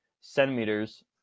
centimeters